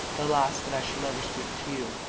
the last that i shall ever speak to you.